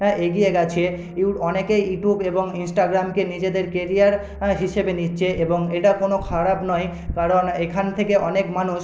হ্যাঁ এগিয়ে গেছে ইউ অনেকে ইউটিউব এবং ইনস্টাগ্রামকে নিজেদের কেরিয়ার হিসেবে নিচ্ছে এবং এটা কোনো খারাপ নয় কারণ এখান থেকে অনেক মানুষ